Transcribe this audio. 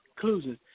conclusions